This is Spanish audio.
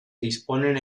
disponen